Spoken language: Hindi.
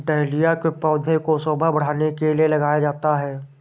डहेलिया के पौधे को शोभा बढ़ाने के लिए लगाया जाता है